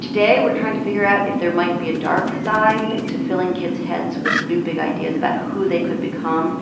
today we're trying to figure out if there might be a dark side to filling kids' heads with new big ideas about who they could become